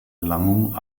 erlangung